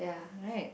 right